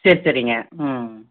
சரி சரிங்க ம்